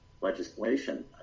legislation